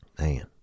man